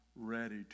ready